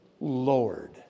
Lord